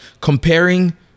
comparing